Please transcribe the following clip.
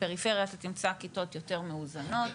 בפריפריה אתה תמצא כיתות יותר מאוזנות,